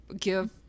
give